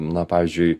na pavyzdžiui